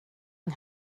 yng